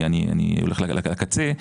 אני הולך על הקצה,